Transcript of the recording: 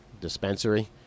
Dispensary